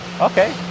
Okay